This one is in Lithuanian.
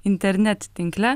internet tinkle